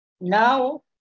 Now